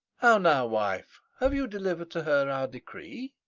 how now, wife! have you deliver'd to her our decree?